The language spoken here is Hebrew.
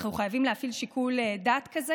אנחנו חייבים להפעיל שיקול דעת כזה,